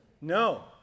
no